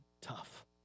tough